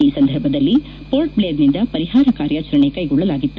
ಈ ಸಂದರ್ಭದಲ್ಲಿ ಮೋರ್ಟ್ಬ್ಲೇರ್ನಿಂದ ಪರಿಹಾರ ಕಾರ್ಯಾಚರಣೆ ಕೈಗೊಳ್ಳಲಾಗಿತ್ತು